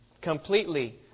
completely